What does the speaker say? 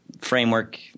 framework